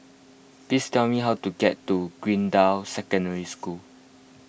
please tell me how to get to Greendale Secondary School